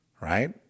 right